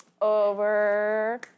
over